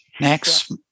Next